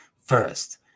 first